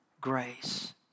grace